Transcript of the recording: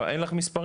אבל אין לך מספרים?